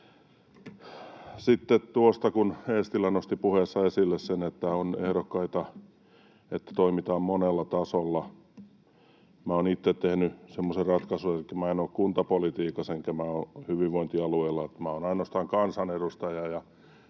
Sitten tuosta, kun Eestilä nosti puheessaan esille sen, että on ehdokkaita, jotka toimivat monella tasolla: Minä olen itse tehnyt semmoisen ratkaisun, että minä en ole kuntapolitiikassa enkä ole hyvinvointialueella vaan olen ainoastaan kansanedustaja,